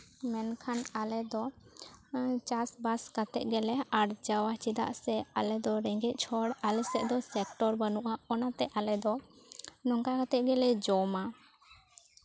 ᱢᱮᱱᱠᱷᱟᱱ ᱟᱞᱮ ᱫᱚ ᱪᱟᱥᱼᱵᱟᱥ ᱠᱟᱛᱮᱫ ᱜᱮᱞᱮ ᱟᱨᱡᱟᱣᱟ ᱪᱮᱫᱟᱜ ᱥᱮ ᱟᱞᱮ ᱫᱚ ᱨᱮᱸᱜᱮᱡ ᱦᱚᱲ ᱟᱞᱮ ᱥᱮᱫ ᱫᱚ ᱥᱮᱠᱴᱚᱨ ᱵᱟᱹᱱᱩᱜᱼᱟ ᱚᱱᱟᱛᱮ ᱟᱞᱮ ᱫᱚ ᱱᱚᱝᱠᱟ ᱠᱟᱛᱮᱫ ᱜᱮᱞᱮ ᱡᱚᱢᱟ